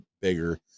bigger